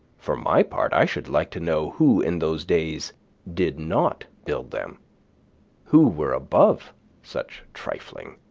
for my part, i should like to know who in those days did not build them who were above such trifling.